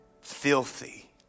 filthy